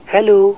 Hello